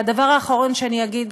והדבר האחרון שאני אגיד,